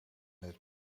het